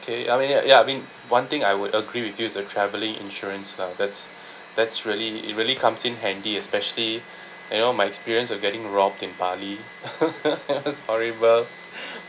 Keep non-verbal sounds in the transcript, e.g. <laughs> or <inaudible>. okay I mean ya ya I mean one thing I would agree with you is the travelling insurance lah that's that's really it really comes in handy especially you know my experience of getting robbed in bali <laughs> yes horrible